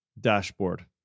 dashboard